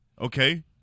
Okay